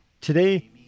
today